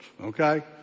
Okay